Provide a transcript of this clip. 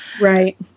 Right